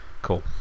cool